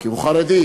כי הוא חרדי.